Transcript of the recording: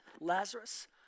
Lazarus